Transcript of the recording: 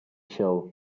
show